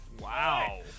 Wow